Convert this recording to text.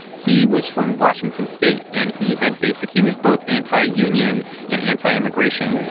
he was from washington state. and he had basic he was both anti-union and anti-immigration.